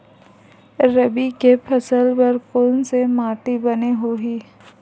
रबी के फसल बर कोन से माटी बने होही?